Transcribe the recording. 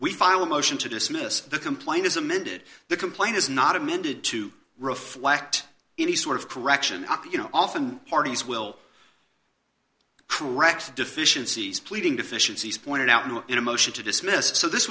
we finally motion to dismiss the complaint is amended the complaint is not amended to reflect any sort of correction up you know often parties will correct deficiencies pleading deficiencies pointed out in a motion to dismiss so this